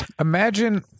imagine